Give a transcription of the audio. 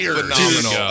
Phenomenal